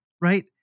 right